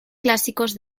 clásicos